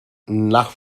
nach